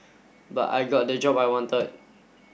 but I got the job I wanted